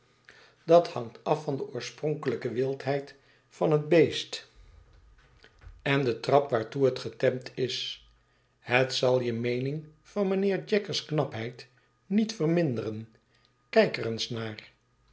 dat hangt af van de oorspronkelijke wildheid van het beest en den trap waartoe het getemd is het zal je meening van mynheer jaggers knapheid niet verminderen kijk er eens naar